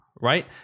right